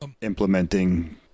implementing